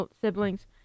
siblings